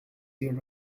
your